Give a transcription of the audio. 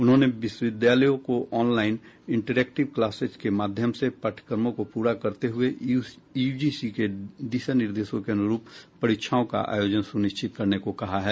उन्होंने विश्वविद्यालयों को ऑनलाईनन इंटरेक्टिव क्लासेज के माध्यम से पाठ्यक्रमों को पूरा करते हुए यूजीसी के दिशा निर्देशों के अनुरूप परीक्षाओं का आयोजन सुनिश्चित करने को कहा है